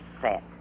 set